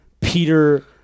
Peter